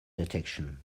detection